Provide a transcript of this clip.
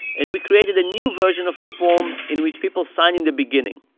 and we created a new version of the form in which people sign in the beginning.